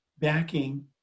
backing